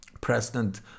president